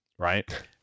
right